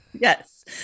Yes